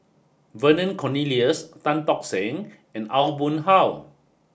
Vernon Cornelius Tan Tock Seng and Aw Boon Haw